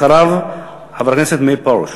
אחריו, חבר הכנסת מאיר פרוש.